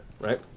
right